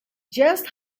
just